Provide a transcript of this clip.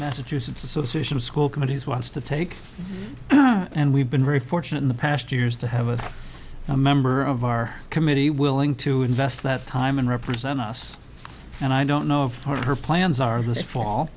massachusetts association of school committees wants to take and we've been very fortunate in the past years to have a member of our committee willing to invest that time and represent us and i don't know if her plans are this fall